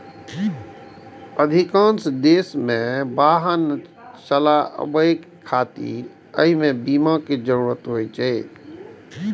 अधिकांश देश मे वाहन चलाबै खातिर एहि बीमा के जरूरत होइ छै